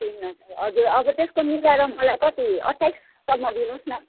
तिन हजार हजुर अब त्यसको मिलाएर मलाई कति अट्ठाइससम्म दिनुहोस् न